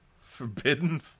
Forbidden